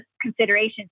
considerations